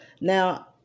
Now